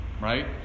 right